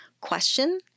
question